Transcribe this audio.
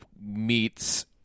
meets